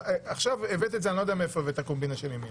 עכשיו אני לא יודע מאיפה הבאת את הקומבינה של ימינה.